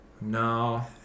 No